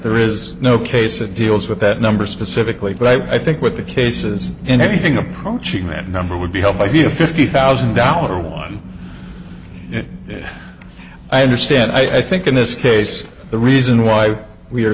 there is no case that deals with that number specifically but i think with the cases and anything approaching that number would be helped by the a fifty thousand dollar one i understand i think in this case the reason why we are